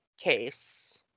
case